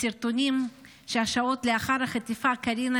בסרטונים של השעות לאחר החטיפה קרינה